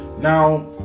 Now